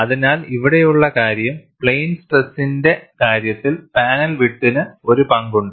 അതിനാൽ ഇവിടെയുള്ള കാര്യം പ്ലെയിൻ സ്ട്രെസ്സിന്റെ കാര്യത്തിൽ പാനൽ വിഡ്ത്തിന് ഒരു പങ്കുണ്ട്